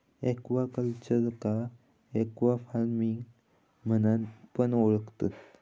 एक्वाकल्चरका एक्वाफार्मिंग म्हणान पण ओळखतत